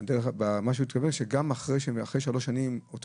מה שהוא התכוון שגם אחרי שלוש שנים אותו